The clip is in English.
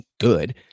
good